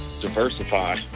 Diversify